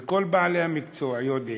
כל בעלי המקצוע יודעים,